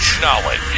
Knowledge